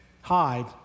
hide